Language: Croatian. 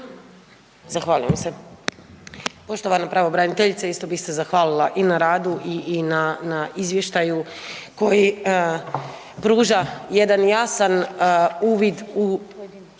Zahvaljujem se. Poštovana pravobraniteljice, isto bi se zahvalila i na radu i na izvještaju koji pruža jedan jasan uvid u